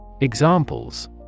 Examples